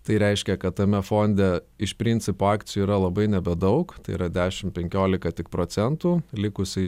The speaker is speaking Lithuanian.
tai reiškia kad tame fonde iš principo akcijų yra labai nebedaug tai yra dešimt penkiolika tik procentų likusiai